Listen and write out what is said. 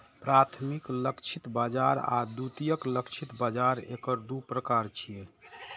प्राथमिक लक्षित बाजार आ द्वितीयक लक्षित बाजार एकर दू प्रकार छियै